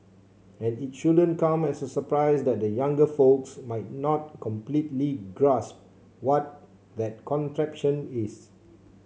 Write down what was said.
and it shouldn't come as a surprise that the younger folks might not completely grasp what that contraption is